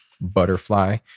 butterfly